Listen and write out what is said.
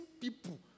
people